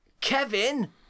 Kevin